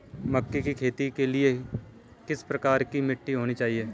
मक्के की खेती के लिए किस प्रकार की मिट्टी होनी चाहिए?